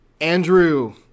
Andrew